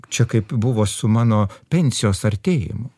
čia kaip buvo su mano pensijos artėjimu